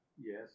yes